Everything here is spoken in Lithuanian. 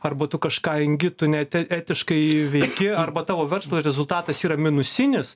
arba tu kažką engi tu ne et etiškai veiki arba tavo verslo rezultatas yra minusinis